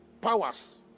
Powers